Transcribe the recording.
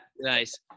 Nice